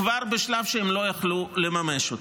כבר בשלב שהם לא יכלו לממש אותה.